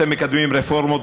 אתם מקדמים רפורמות,